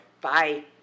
Bye